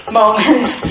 moments